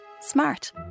Smart